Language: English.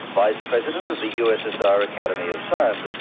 vice president of the ussr academy of sciences.